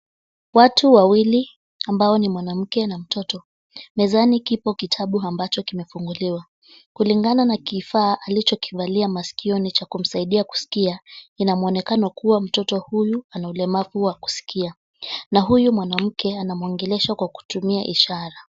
Watu wawili ambao ni mwanamke na mtoto. Mezani kipo kitabu ambacho kimefunguliwa. Kulingana na kifaa alichokivalia maskioni cha kumsaidia kuskia, ina mwonekano kuwa mtoto huyu ana ulemavu wa kuskia na huyu mwanamke anamwongelesha kwa kutumia ishara.